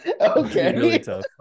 okay